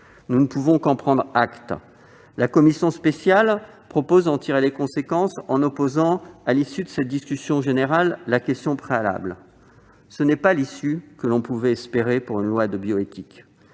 Nous ne pouvons qu'en prendre acte. Mes chers collègues, la commission spéciale vous propose d'en tirer les conséquences en opposant, à l'issue de cette discussion générale, la question préalable. Ce n'est pas l'issue que l'on pouvait espérer pour une loi de bioéthique.